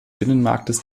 binnenmarktes